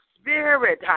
spirit